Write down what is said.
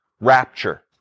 rapture